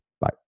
bye